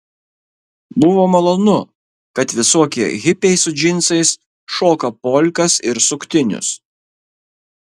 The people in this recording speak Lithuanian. buvo malonu kad visokie hipiai su džinsais šoka polkas ir suktinius